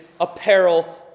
apparel